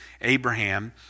Abraham